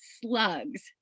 slugs